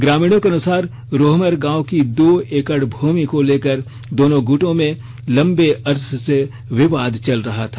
ग्रामीणों के अनुसार रोहमर गांव की दो एकड़ भूमि को लेकर दोनों गुटों में लंबे अरसे से विवाद चल रहा है